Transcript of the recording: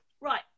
Right